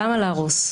למה להרוס?